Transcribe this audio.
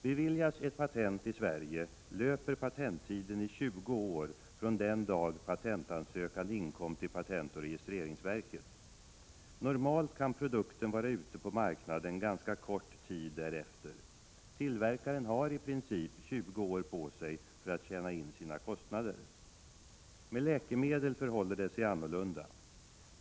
Beviljas ett patent i Sverige, löper patenttiden i 20 år från den dag patentansökan inkom till patentoch registreringsverket. Normalt kan produkten vara ute på marknaden ganska kort tid därefter. Tillverkaren har i princip 20 år på sig för att täcka sina kostnader. Med läkemedel förhåller det sig annorlunda.